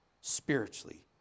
spiritually